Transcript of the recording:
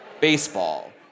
baseball